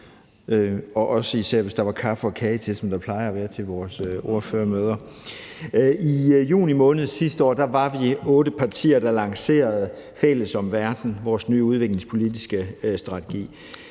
også, hvis der var kaffe og kage til, som der plejer at være til vores ordførermøder. I juni måned sidste år var vi otte partier, der lancerede vores nye udviklingspolitiske strategi,